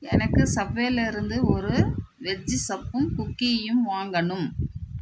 எனக்கு சஃப்வேயில் இருந்து ஒரு வெஜ்ஜி சப்பும் குக்கீயும் வாங்கணும்